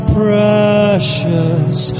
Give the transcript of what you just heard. precious